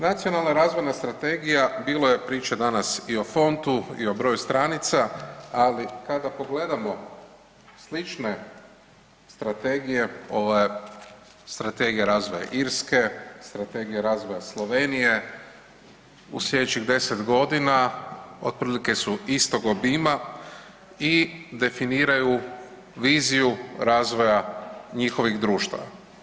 Nacionalna razvojna strategija bilo je priče danas i o fontu i o broju stranica, ali kada pogledamo slične strategije ovo je strategija razvoja Irske, strategija razvoja Slovenije u slijedećih 10 godina otprilike su istog obima i definiraju viziju razvoja njihovih društva.